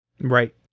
Right